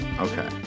Okay